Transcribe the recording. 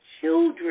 children